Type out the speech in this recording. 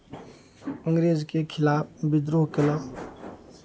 अंग्रेजके खिलाफ विद्रोह कयलक